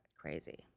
Crazy